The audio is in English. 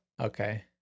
Okay